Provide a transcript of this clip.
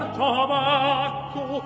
tobacco